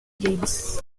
james